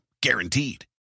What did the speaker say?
Guaranteed